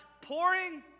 pouring